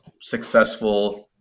successful